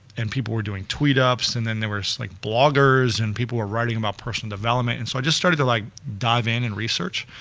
and people were doing tweet-ups and then there were just like bloggers and people who were writing about personal development. and so i just started to like dive in and research.